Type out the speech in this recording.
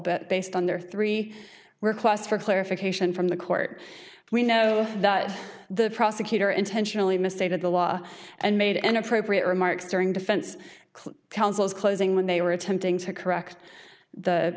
but based on their three were class for clarification from the court we know that the prosecutor intentionally misstated the law and made an appropriate remarks during defense counsel's closing when they were attempting to correct